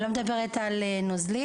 אני לא מדברת על נוזלי,